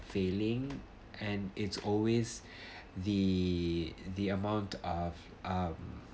failing and it's always the the amount of